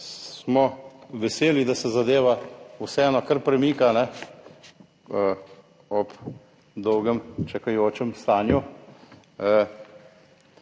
smo, da se zadeva vseeno kar premika ob dolgo čakajočem stanju.